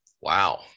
Wow